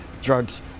drugs